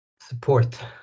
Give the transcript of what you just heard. support